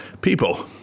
people